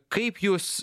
kaip jūs